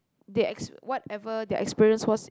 they ex~ whatever their experience was